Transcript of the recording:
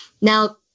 now